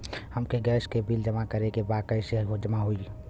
हमके गैस के बिल जमा करे के बा कैसे जमा होई?